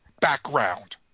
background